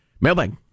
Mailbag